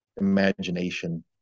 imagination